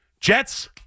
Jets